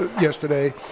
yesterday